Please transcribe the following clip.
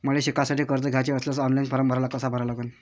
मले शिकासाठी कर्ज घ्याचे असल्यास ऑनलाईन फारम कसा भरा लागन?